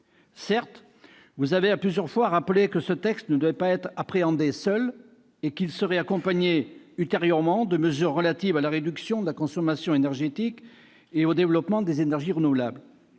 Certes, vous avez plusieurs fois rappelé que ce texte ne devait pas être appréhendé seul et qu'il serait accompagné ultérieurement de mesures relatives à la réduction de la consommation énergétique et au développement des énergies renouvelables.